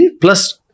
plus